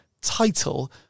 title